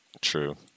True